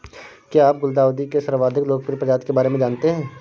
क्या आप गुलदाउदी के सर्वाधिक लोकप्रिय प्रजाति के बारे में जानते हैं?